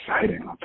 exciting